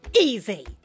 easy